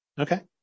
Okay